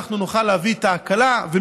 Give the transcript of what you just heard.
אם נוכל להביא את ההקלה הזאת,